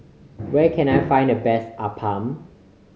where can I find the best appam